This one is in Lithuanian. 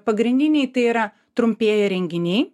pagrindiniai tai yra trumpėja renginiai